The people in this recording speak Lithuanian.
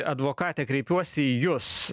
advokate kreipiuosi į jus